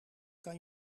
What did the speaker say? kan